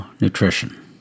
nutrition